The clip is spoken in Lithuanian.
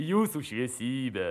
jūsų šviesybe